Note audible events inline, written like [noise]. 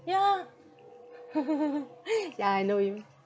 ya [laughs] ya I know him